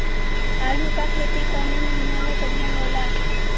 आलू क खेती कवने महीना में बढ़ियां होला?